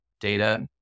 data